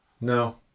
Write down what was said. no